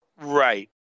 right